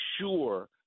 sure